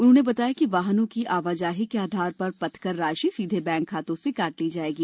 उन्होंने बताया कि वाहनों की आवाजाही के आधार पर पथकर राशि सीधे बैंक खाते से काट ली जाएगी